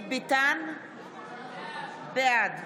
בעד